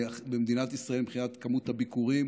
במדינת ישראל מבחינת כמות הביקורים,